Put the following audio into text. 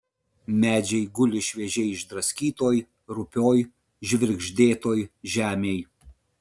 medžiai guli šviežiai išdraskytoj rupioj žvirgždėtoj žemėj